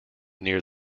near